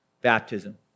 baptism